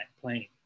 plane